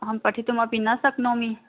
अहं पठितुमपि न शक्नोमि